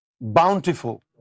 bountiful